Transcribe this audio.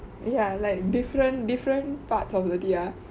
ya like different different parts of the T_R